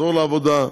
לחזור לעבודה,